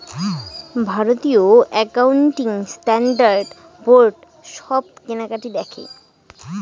ভারতীয় accounting standard board সব কেনাকাটি দেখে